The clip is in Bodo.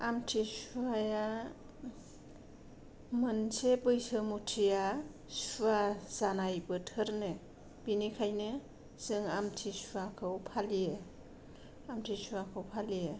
आम्थिसुवाया मोनसे बैसो मथिया सुवा जानाय बोथोरनो बेनिखायनो जों आमथिसुवाखौ फालियो आम्थिसुवाखौ फालियो